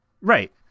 Right